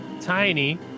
Tiny